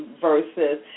versus